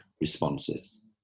responses